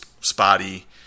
spotty